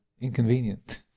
inconvenient